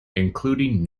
including